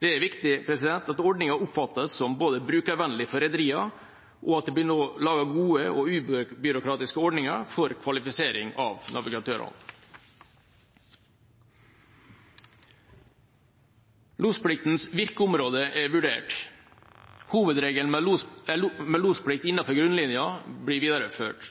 Det er viktig at ordninga oppfattes som brukervennlig for rederiene, og at det nå blir laget gode og ubyråkratiske ordninger for kvalifisering av navigatørene. Lospliktens virkeområde er vurdert. Hovedregelen med losplikt innenfor grunnlinja blir videreført.